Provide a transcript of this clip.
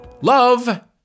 love